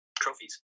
Trophies